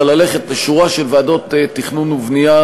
ללכת לשורה של ועדות תכנון ובנייה,